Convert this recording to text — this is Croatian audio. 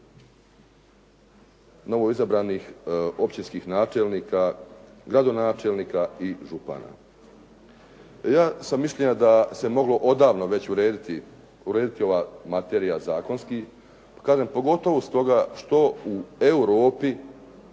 novoizabranih općinskih načelnika, gradonačelnika i župana. Ja sam mišljenja da se moglo odavno već urediti ova materija zakonski, pa kažem pogotovo stoga što u Europi